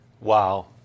Wow